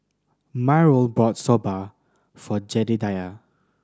Myrle bought Soba for Jedediah